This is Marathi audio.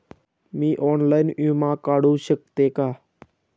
मी ऑनलाइन विमा काढू शकते का?